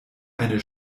eine